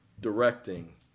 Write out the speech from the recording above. Directing